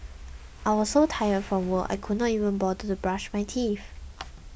I was so tired from work I could not even bother to brush my teeth